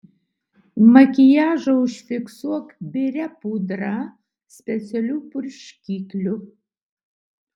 makiažą užfiksuok biria pudra specialiu purškikliu